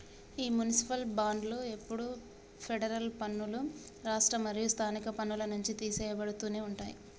ఈ మునిసిపాల్ బాండ్లు ఎప్పుడు ఫెడరల్ పన్నులు, రాష్ట్ర మరియు స్థానిక పన్నుల నుంచి తీసెయ్యబడుతునే ఉంటాయి